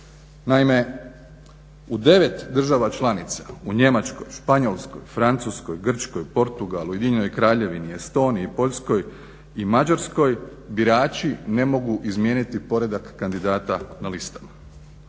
Naime, u 9 država članica u Njemačkoj, Španjolskoj, Francuskoj, Grčkoj, Portugalu, Ujedinjenoj Kraljevini, Estoniji, Poljskoj i Mađarskoj birači ne mogu izmijeniti poredak kandidata na listama.